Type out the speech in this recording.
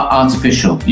artificial